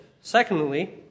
Secondly